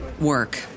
work